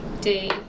day